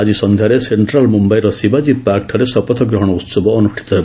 ଆଜି ସନ୍ଧ୍ୟାରେ ସେକ୍ଷ୍ରାଲ୍ ମୁମ୍ୟାଇର ଶିବାଜୀ ପାର୍କଠାରେ ଶପଥ ଗ୍ରହଣ ଉହବ ଅନୁଷ୍ଠିତ ହେବ